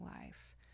life